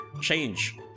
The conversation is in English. change